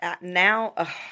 now –